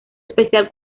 especial